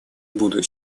буду